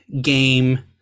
game